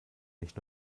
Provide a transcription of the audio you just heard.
nicht